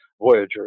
Voyager